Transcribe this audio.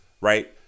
right